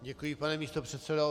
Děkuji, pane místopředsedo.